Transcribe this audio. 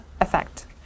effect